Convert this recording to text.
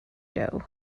doe